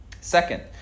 Second